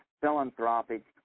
philanthropic